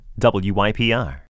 WYPR